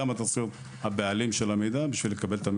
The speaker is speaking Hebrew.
אתה צריך להיות הבעלים בשביל לקבל אותו,